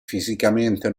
fisicamente